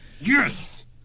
Yes